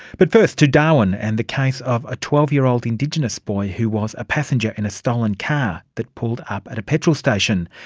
but first to darwin and the case of a twelve year old indigenous boy who was a passenger in a stolen car that pulled up at a petrol station.